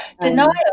Denial